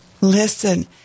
listen